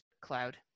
Cloud